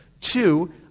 Two